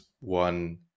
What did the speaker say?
one